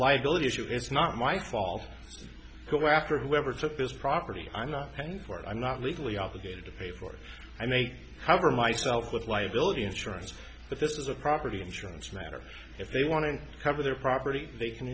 liability issue it's not my fault go after whoever took this property unless and where i'm not legally obligated to pay for it and they cover myself with liability insurance but this is a property insurance matter if they want to cover their property they can